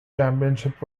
championship